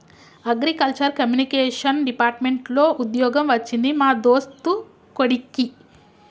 agriculture communication department లో వుద్యోగం వచ్చింది మా దోస్తు కొడిక్కి